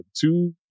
two